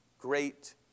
great